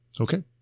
Okay